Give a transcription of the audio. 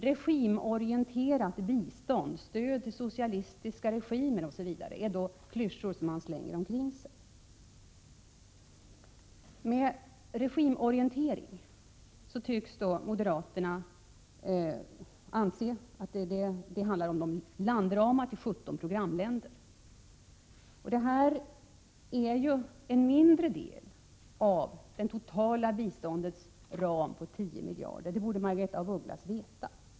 Regimorienterat bistånd, stöd till socialistiska regimer osv. är klyschor som man slänger omkring sig. Med ”regimorientering” tycks moderaterna avse landramar till 17 programländer. Detta är ju en mindre del av det totala biståndets ram på 10 miljarder. Det borde Margaretha af Ugglas veta.